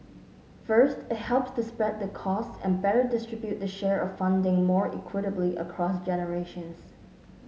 first it helps to spread the costs and better distribute the share of funding more equitably across generations